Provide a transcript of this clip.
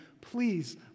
Please